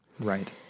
Right